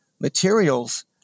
materials